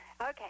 Okay